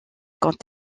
quand